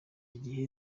gihe